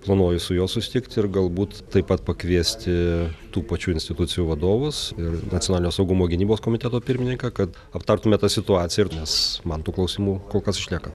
planuoju su juo susitikt ir galbūt taip pat pakviesti tų pačių institucijų vadovus ir nacionalinio saugumo gynybos komiteto pirmininką kad aptartume tą situaciją nes man tų klausimų kol kas išlieka